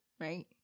right